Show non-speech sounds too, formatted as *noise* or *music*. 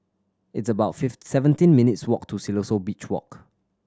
it's about *unintelligible* seventeen minutes' walk to Siloso Beach Walk